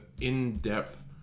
in-depth